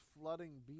flooding